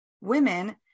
women